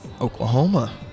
Oklahoma